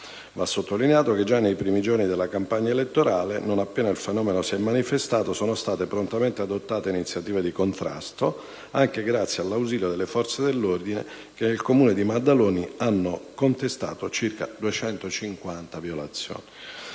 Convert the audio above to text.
Va sottolineato che già nei primi giorni della campagna elettorale, non appena il fenomeno si è manifestato, sono state prontamente adottate iniziative di contrasto, anche grazie all'ausilio delle forze dell'ordine, che nel Comune di Maddaloni hanno contestato circa 250 violazioni.